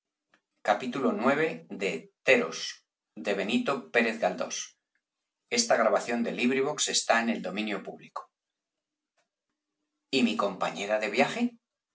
cordilleras x y mi compañera de viaje